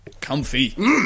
comfy